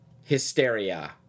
hysteria